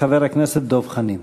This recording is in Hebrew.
חבר הכנסת דב חנין.